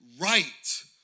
right